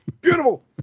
Beautiful